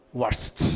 worst